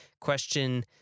question